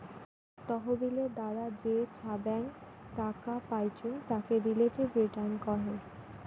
তহবিলের দ্বারা যে ছাব্যাং টাকা পাইচুঙ তাকে রিলেটিভ রিটার্ন কহে